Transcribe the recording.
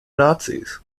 nazis